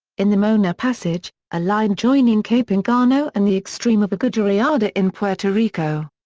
in the mona passage a line joining cape engano and the extreme of agujereada ah and in puerto rico.